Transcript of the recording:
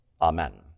amen